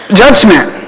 judgment